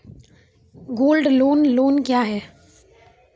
Gold loan loan क्या हैं?